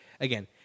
again